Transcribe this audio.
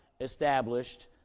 established